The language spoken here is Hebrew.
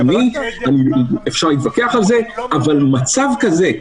אבל מצב כזה,